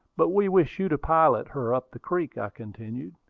but we wish you to pilot her up the creek, i continued.